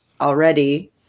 already